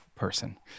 person